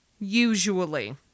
Usually